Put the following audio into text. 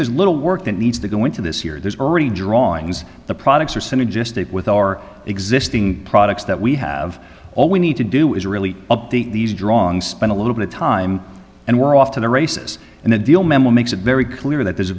there's little work that needs to go into this year there's already drawings the products are synergistic with our existing products that we have all we need to do is really update these drawings spend a little bit of time and we're off to the races and the deal memo makes it very clear that there's